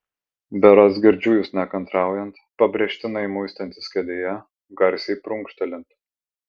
berods girdžiu jus nekantraujant pabrėžtinai muistantis kėdėje garsiai prunkštelint